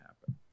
happen